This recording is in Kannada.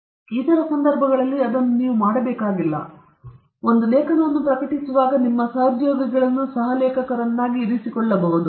ಕೆಲವು ಇತರ ಸಂದರ್ಭಗಳಲ್ಲಿ ನಾವು ಅದನ್ನು ಮಾಡಬೇಕಾಗಿಲ್ಲ ಏಕೆಂದರೆ ನೀವು ಲೇಖನವನ್ನು ಪ್ರಕಟಿಸುವಾಗ ನಿಮ್ಮ ಸಹೋದ್ಯೋಗಿಗಳನ್ನು ಸಹ ಲೇಖಕರನ್ನಾಗಿ ಇರಿಸಿಕೊಳ್ಳಬಹುದು